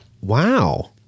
Wow